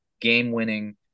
game-winning